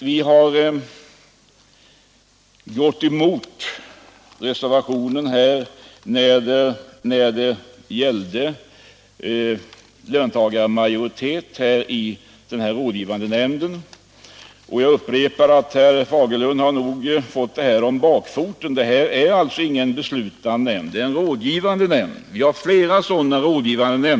Vi har gått emot reservationens förslag om löntagarmajoritet i den rådgivande nämnden. Jag upprepar att herr Fagerlund nog har fått detta om bakfoten. Detta är inte en beslutande nämnd, utan en rådgivande.